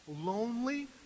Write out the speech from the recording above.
lonely